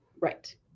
Right